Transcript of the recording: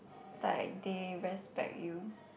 like they respect you